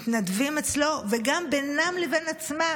מתנדבים אצלו, וגם בינם לבין עצמם.